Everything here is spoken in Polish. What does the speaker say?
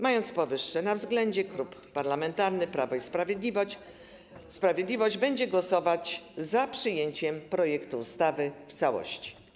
Mając powyższe na względzie, Klub Parlamentarny Prawo i Sprawiedliwość będzie głosować za przyjęciem projektu ustawy w całości.